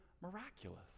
miraculous